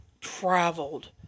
traveled